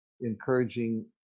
encouraging